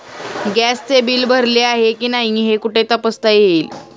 गॅसचे बिल भरले आहे की नाही हे कुठे तपासता येईल?